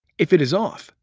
if it is off,